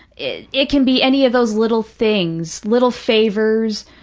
it it can be any of those little things, little favors,